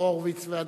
אני